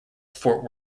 fort